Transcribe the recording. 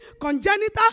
congenital